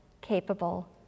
capable